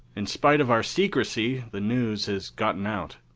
in spite of our secrecy, the news has gotten out.